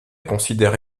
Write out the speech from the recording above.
considère